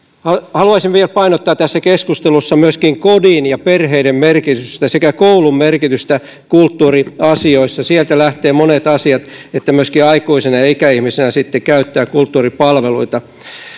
haluaisin vielä painottaa tässä keskustelussa myöskin kodin ja perheiden merkitystä sekä koulun merkitystä kulttuuriasioissa sieltä lähtevät monet asiat että myöskin aikuisena ja ikäihmisenä sitten käyttää kulttuuripalveluita